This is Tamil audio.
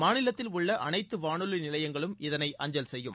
மாநிலத்தில் உள்ள அனைத்து வாளொலி நிலையங்களும் இதனை அஞ்சல் செய்யும்